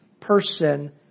person